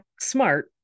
smart